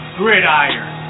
gridiron